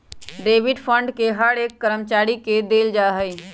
provident fund के हर एक कर्मचारी के देल जा हई